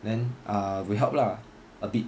then ah will help lah a bit